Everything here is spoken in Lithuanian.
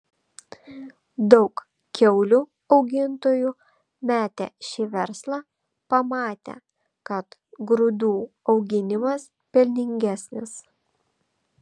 daug kiaulių augintojų metė šį verslą pamatę kad grūdų auginimas pelningesnis